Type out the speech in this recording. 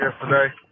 yesterday